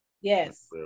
Yes